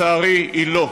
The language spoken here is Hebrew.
לצערי, היא לא,